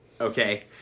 okay